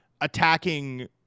attacking